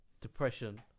depression